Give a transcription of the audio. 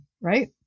right